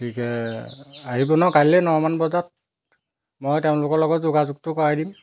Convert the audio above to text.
গতিকে আহিব ন কাইলৈ নমান বজাত মই তেওঁলোকৰ লগত যোগাযোগটো কৰাই দিম